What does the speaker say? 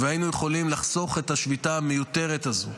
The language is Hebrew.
והיינו יכולים לחסוך את השביתה המיותרת הזו,